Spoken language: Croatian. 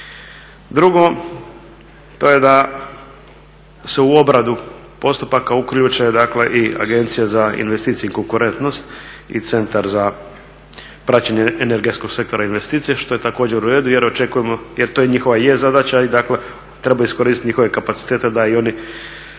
Drugo, to je da se u obradu postupaka uključe dakle i agencije za investicije i konkurentnost i Centar za praćenje energetskog sektora investicija što je također u redu jer očekujemo, jer to njihova i je zadaća. I dakle treba iskoristit njihove kapacitete da i oni